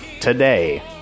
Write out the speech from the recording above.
today